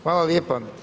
Hvala lijepo.